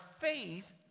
faith